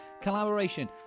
collaboration